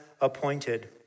appointed